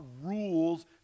rules